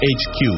hq